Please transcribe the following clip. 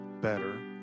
better